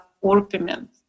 Orpiment